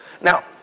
now